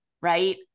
right